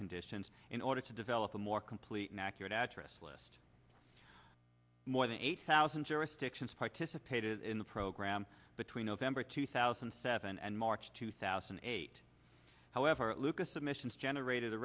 conditions in order to develop a more complete and accurate address list more than eight thousand jurisdictions participated in the program between november two thousand and seven and march two thousand eight hundred lucas submissions generated a